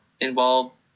involved